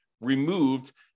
removed